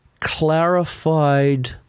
clarified